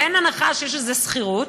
ואין הנחה שיש שכירות.